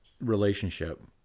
relationship